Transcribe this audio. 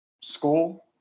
school